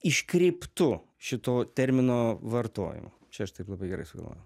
iškreiptu šituo termino vartojimu čia aš taip labai gerai sugalvojau